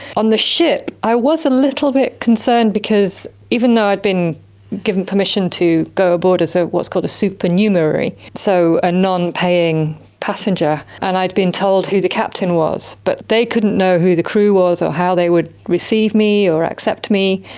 on the ship i was a little bit concerned because even though i'd been given permission to go aboard as ah what's called a supernumerary, so a non-paying passenger, and i'd been told who the captain was but they couldn't know who the crew was or how they would receive me or accept me.